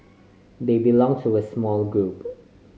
they belong to a small group